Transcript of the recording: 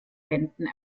wenden